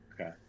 Okay